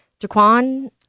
Jaquan